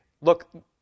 look